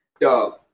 Dog